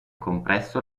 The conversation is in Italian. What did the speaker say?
compresso